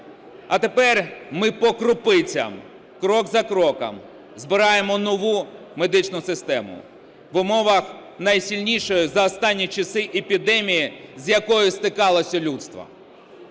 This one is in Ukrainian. А тепер ми по крупицям, крок за кроком збираємо нову медичну систему в умовах найсильнішої за останні часи епідемії, з якою стикалося людство.